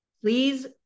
please